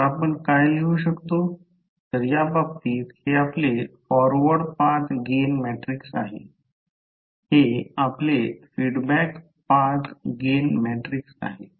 तर आपण काय लिहू शकतो तर या बाबतीत हे आपले फॉरवर्ड पाथ गेन मॅट्रिक्स आहे हे आपले फिडबॅक पाथ गेन मॅट्रिक्स आहे